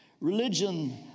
Religion